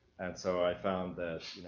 and so i found that,